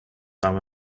time